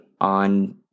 on